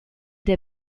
der